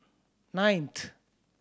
ninth